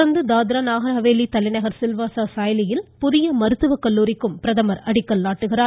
தொடா்ந்து தாத்ரா நாஹா்ஹவேலி தலைநகா் சில்வாஸா சாய்லியில் புதிய மருத்துவக்கல்லூரிக்கும் பிரதமர் அடிக்கல் நாட்டுகிறார்